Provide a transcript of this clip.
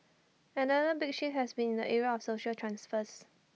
another big shift has been in the area of social transfers